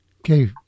Okay